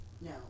no